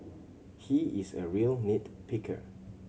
he is a real nit picker